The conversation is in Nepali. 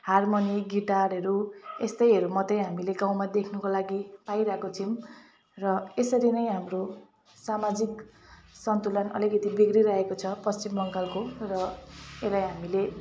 हारमोनी गिटारहरू यस्तैहरू मात्रै हामीले गाउँमा देख्नुको लागि पाइरहेको छौँ र यसरी नै हाम्रो सामाजिक सन्तुलन अलिकति बिग्रिरहेको छ पश्चिम बङ्गालको र यसलाई हामीले